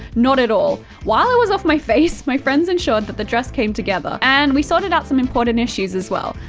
not at all. while i was off my face, my friends ensured that the dress came together. and we sorted out some important issues as well.